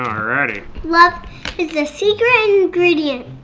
um alrighty. love is the secret ingredient.